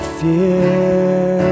fear